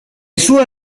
sue